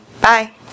Bye